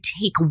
take